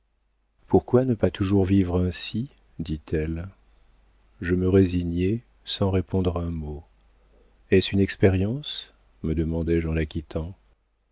pourquoi ne pas toujours vivre ainsi dit-elle je me résignai sans répondre un mot est-ce une expérience me demandai-je en la quittant